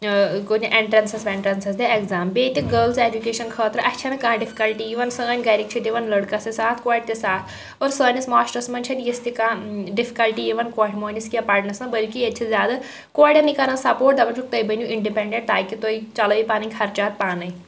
ٲں کُنہِ ایٚنٹرٛانسَس وینٹرٛانسَس دِ ایٚگزام بیٚیہِ تہِ گٔرلٕز ایٚجوکیشَن خٲطرٕ اسہِ چھَنہٕ کانٛہہ ڈِفکَلٹی یِوان سٲنۍ گھرِکۍ چھِ دِوان لٔڑکَس تہِ ساتھ کورِ تہِ ساتھ اور سٲنِس معاشرَس منٛز چھَنہٕ یِژھ تہِ کانٛہہ ڈِفکَلٹی یِوان کورِ مٲہنیِس کیٚنٛہہ پَرنَس بلکہِ ییٚتہِ چھِ زیادٕ کوڑیٚنٕے کران سَپورٹ دَپان چھِکھ تُہۍ بٔنِو اِنڈِپیٚنڈیٚنٛٹ تاکہِ تُہۍ چَلٲیو پَنٕنۍ خرچات پانٔے